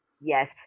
yes